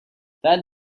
that